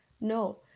No